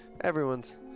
everyone's